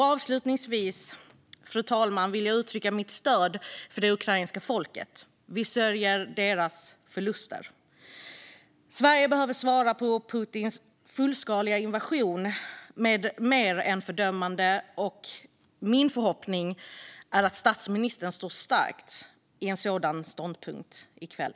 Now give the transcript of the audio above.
Avslutningsvis, fru talman, vill jag uttrycka mitt stöd för det ukrainska folket - vi sörjer deras förluster. Sverige behöver svara på Putins fullskaliga invasion med mer än fördömanden, och min förhoppning är att statsministern starkt står för en sådan ståndpunkt i kväll.